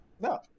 No